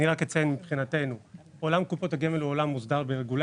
אני רק אציין שמבחינתנו עולם קופת הגמל הוא עולם שמוסדר ברגולציה.